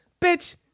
bitch